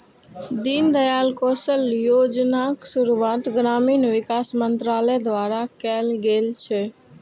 दीनदयाल कौशल्य योजनाक शुरुआत ग्रामीण विकास मंत्रालय द्वारा कैल गेल छै